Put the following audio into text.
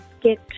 get